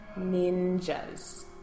Ninjas